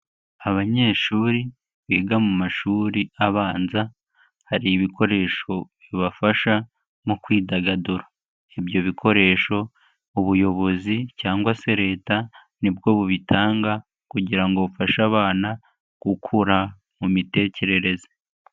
Abanyeshuri biga mu mashuri abanza, hari ibikoresho bibafasha mu kwidagadura. Ibyo bikoresho ubuyobozi cyangwa se leta nibwo bubitanga, kugira ngo bufashe abana gukura mu mitekerereze.